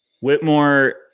Whitmore